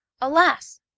Alas